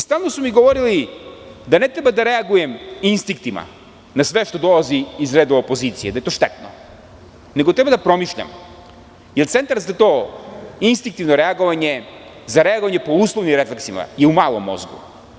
Stalno su mi govorili da ne treba da reagujem instiktima na sve što dolazi iz redova opozicije, da je to štetno nego treba da promišljam jer je centar za to instiktivno reagovanje, za reagovanje uslovnim refleksima je u malom mozgu.